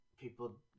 People